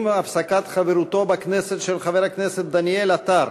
עם הפסקת חברותו בכנסת של חבר הכנסת דניאל עטר,